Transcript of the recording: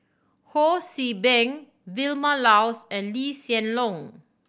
Ho See Beng Vilma Laus and Lee Hsien Loong